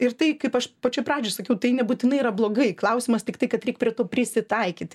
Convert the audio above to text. ir tai kaip aš pačioj pradžioj sakiau tai nebūtinai yra blogai klausimas tiktai kad reik prie to prisitaikyt